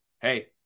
hey